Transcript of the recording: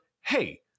hey